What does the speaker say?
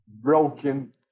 broken